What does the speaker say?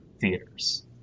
theaters